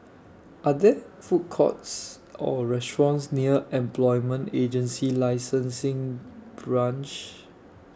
Are There Food Courts Or restaurants near Employment Agency Licensing Branch